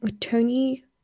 Tony